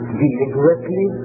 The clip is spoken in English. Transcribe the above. deliberately